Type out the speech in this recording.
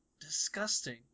disgusting